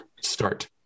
Start